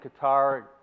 Qatar